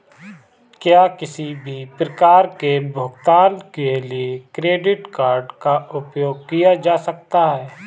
क्या किसी भी प्रकार के भुगतान के लिए क्रेडिट कार्ड का उपयोग किया जा सकता है?